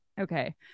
Okay